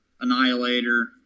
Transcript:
Annihilator